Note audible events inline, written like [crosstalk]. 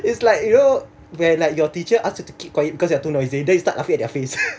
is like you know when like your teacher ask you to keep quiet because you are too noisy then you start laughing at their face [laughs]